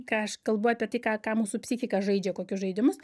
ką aš kalbu apie tai ką ką mūsų psichika žaidžia kokius žaidimus